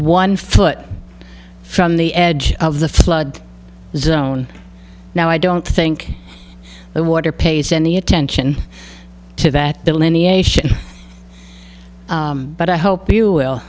one foot from the edge of the flood zone now i don't think the water pays any attention to that delineation but i hope you will